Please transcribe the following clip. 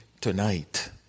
tonight